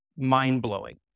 mind-blowing